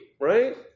right